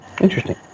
Interesting